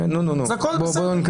אז הכל בסדר.